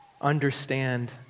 understand